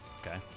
Okay